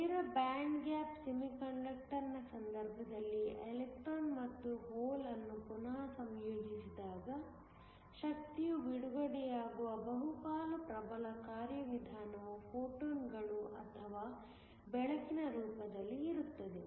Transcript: ನೇರ band gap ಸೆಮಿಕಂಡಕ್ಟರ್ನ ಸಂದರ್ಭದಲ್ಲಿ ಎಲೆಕ್ಟ್ರಾನ್ ಮತ್ತು ಹೋಲ್ ಅನ್ನು ಪುನಃ ಸಂಯೋಜಿಸಿದಾಗ ಶಕ್ತಿಯು ಬಿಡುಗಡೆಯಾಗುವ ಬಹುಪಾಲು ಪ್ರಬಲ ಕಾರ್ಯವಿಧಾನವು ಫೋಟಾನ್ಗಳು ಅಥವಾ ಬೆಳಕಿನ ರೂಪದಲ್ಲಿರುತ್ತದೆ